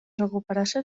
recuperació